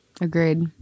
Agreed